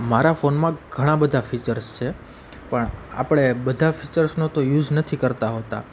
મારા ફોનમાં ઘણા બધા ફીચર્સ છે પણ આપણે બધા ફિચર્સનો તો યુસ નથી કરતાં હોતા